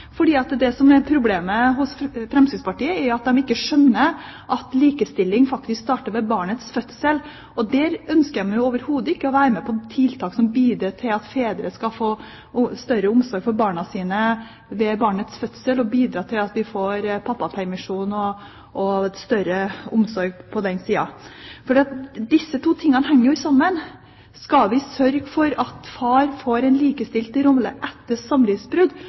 fordi det er jo sånn at likestillingsarbeidet må starte den dagen barnet blir født, og ikke den dagen det faktisk er et samlivsbrudd på gang. Det som er problemet med Fremskrittspartiet, er at de ikke skjønner at likestilling faktisk starter ved barnets fødsel. De ønsker overhodet ikke å være med på tiltak som bidrar til at fedre skal få større omsorg for barnet sitt ved barnets fødsel, og bidra til at vi får pappapermisjon. Disse to tingene henger jo sammen. Skal vi sørge for at far får en likestilt rolle etter